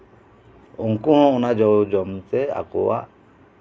ᱩᱱᱠᱩ ᱦᱚᱸ ᱚᱱᱟ ᱡᱚ ᱡᱚᱢᱛᱮ ᱟᱠᱚᱣᱟᱜ